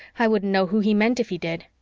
i wouldn't know who he meant if he did.